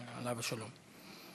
עליו השלום.